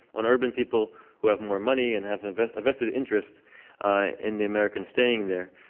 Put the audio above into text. on urban people who have more money and have a vested interest ah in the americans staying there.